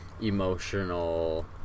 emotional